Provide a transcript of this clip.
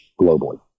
globally